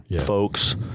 folks